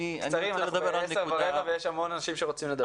אנחנו בעשר ורבע ויש המון אנשים שרוצים לדבר.